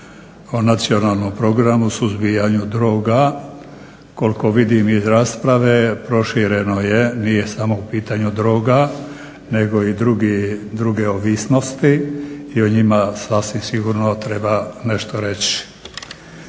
o nacionalnom programu suzbijanju droga. Koliko vidim iz rasprave prošireno je, nije samo u pitanju droga, nego i druge ovisnosti i o njima sasvim sigurno treba nešto reći.